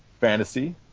Fantasy